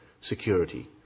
security